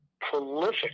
prolific